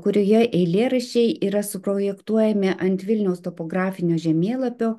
kurioje eilėraščiai yra suprojektuojami ant vilniaus topografinio žemėlapio